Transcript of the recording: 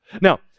Now